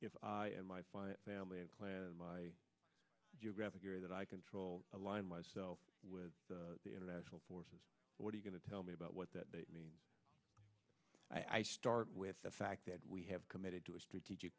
five family and clan my geographic area that i control align myself with the international forces what are you going to tell me about what that means i start with the fact that we have committed to a strategic